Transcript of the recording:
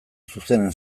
zuzenean